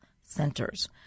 Centers